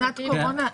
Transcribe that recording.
בשנת קורונה,